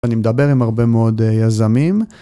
אני מדבר עם הרבה מאוד יזמים